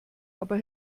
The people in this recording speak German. aber